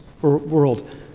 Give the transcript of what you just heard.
world